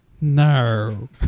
No